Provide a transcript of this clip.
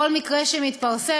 כל מקרה שמתפרסם,